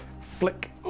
Flick